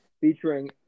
featuring